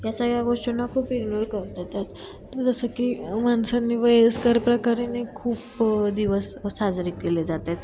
या सगळ्या गोष्टींना खूप इग्नोर करतात जसं की माणसांनी वयस्कर प्रकाराने खूप दिवस साजरे केले जात आहेत